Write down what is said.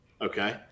Okay